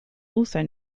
also